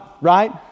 Right